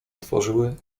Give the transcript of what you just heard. otworzyły